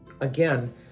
Again